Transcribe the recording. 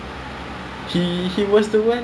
ya he was so close to you